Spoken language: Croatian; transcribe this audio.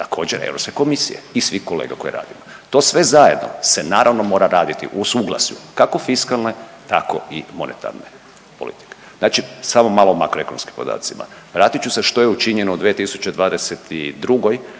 također, EK-a i svih kolega koji radimo. To sve zajedno se naravno, mora raditi u suglasju, kako fiskalne, tako i monetarne politike. Znači samo malo o makroekonomskim podacima. Vratit ću se što je učinjeno 2022.,